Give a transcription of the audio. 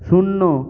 শূন্য